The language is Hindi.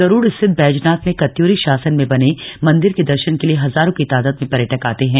गरुड़ स्थित बैजनाथ में कत्यूरी शासन में बने मंदिर के दर्शन के लिए हजारों की तादाद में पर्यटक आते हैं